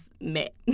met